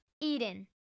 Eden